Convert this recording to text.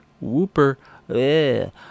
whooper